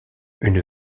une